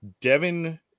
Devin